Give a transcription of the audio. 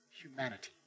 humanity